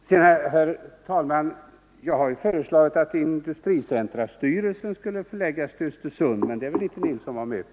Sedan, herr talman, har jag föreslagit att industricentralstyrelsen skulle förläggas till Östersund, men det ville inte herr Nilsson vara med på.